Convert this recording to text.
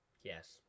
yes